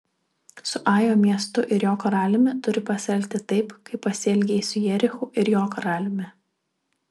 su ajo miestu ir jo karaliumi turi pasielgti taip kaip pasielgei su jerichu ir jo karaliumi